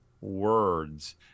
words